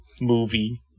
Movie